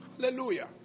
Hallelujah